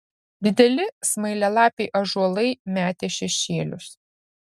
dideli smailialapiai ąžuolai metė šešėlius